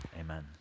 Amen